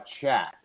chat